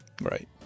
Right